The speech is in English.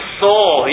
soul